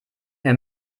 herr